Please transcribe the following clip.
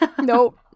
Nope